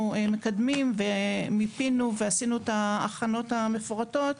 מקדמים ומיפינו ועשינו את ההכנות המפורטות,